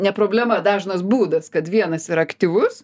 ne problema dažnas būdas kad vienas yra aktyvus